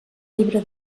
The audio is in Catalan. llibre